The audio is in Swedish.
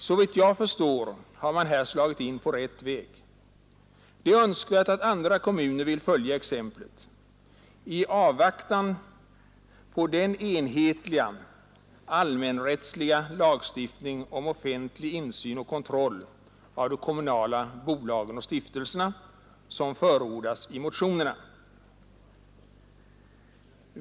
Såvitt jag förstår, har man här slagit in på rätt väg. Det är önskvärt att andra kommuner vill följa exemplet, i avvaktan på den enhetliga allmänrättsliga lagstiftning om offentlig insyn och kontroll av de kommunala bolagen och stiftelserna som förordas i motionerna.